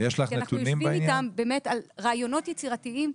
כי אנחנו יושבים איתם באמת על רעיונות יצירתיים,